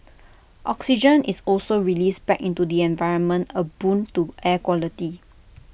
oxygen is also released back into the environment A boon to air quality